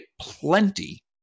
plenty